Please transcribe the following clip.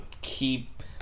keep